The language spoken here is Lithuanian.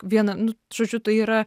viena nu žodžiu tai yra